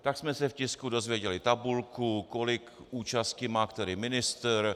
Tak jsme se v tisku dozvěděli tabulku, kolik účasti má který ministr.